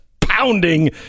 pounding